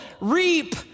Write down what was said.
reap